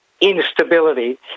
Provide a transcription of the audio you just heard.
instability